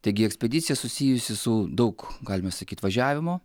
taigi ekspedicija susijusi su daug galima sakyt važiavimo